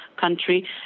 country